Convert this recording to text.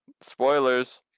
Spoilers